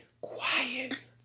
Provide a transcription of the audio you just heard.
quiet